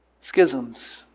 schisms